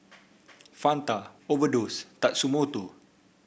Fanta Overdose Tatsumoto